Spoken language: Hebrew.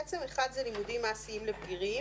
בעצם: אחד זה לימודים מעשיים לבגירים